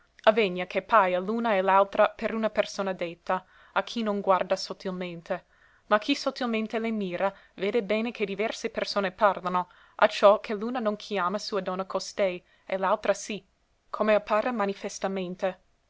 avvegna che paia l'una e l'altra per una persona detta a chi non guarda sottilmente ma chi sottilmente le mira vede bene che diverse persone parlano acciò che l'una non chiama sua donna costei e l'altra sì come appare manifestamente